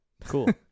cool